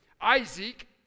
Isaac